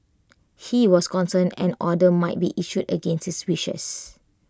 he was concerned an order might be issued against his wishes